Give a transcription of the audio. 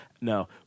No